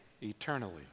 eternally